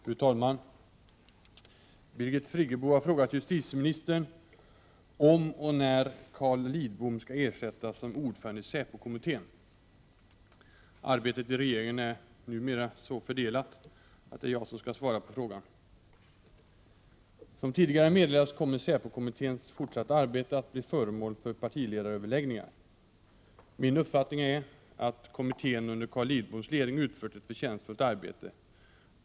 Fru talman! Birgit Friggebo har frågat justitieministern om och när Carl Lidbom skall ersättas som ordförande i SÄPO-kommittén. Arbetet i regeringen är fördelat så, att det är jag som skall svara på frågan. Som tidigare meddelats kommer SÄPO-kommitténs fortsatta arbete att bli föremål för partiledaröverläggningar. Min uppfattning är att kommittén under Carl Lidboms ledning utfört ett förtjänstfullt arbete.